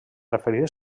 referir